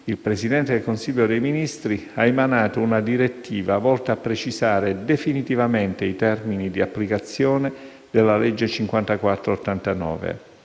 il Presidente del Consiglio dei ministri ha emanato una direttiva volta a precisare definitivamente i termini di applicazione della legge n.